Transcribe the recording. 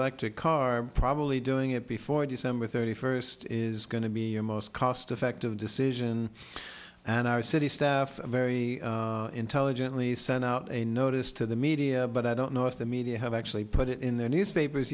electric car probably doing it before december thirty first is going to be your most cost effective decision and our city staff very intelligently sent out a notice to the media but i don't know if the media have actually put it in the newspapers